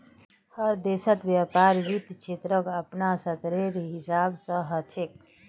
हर देशेर व्यापार वित्त क्षेत्रक अपनार स्तरेर हिसाब स ह छेक